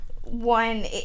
one